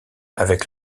avec